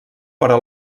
però